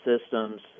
systems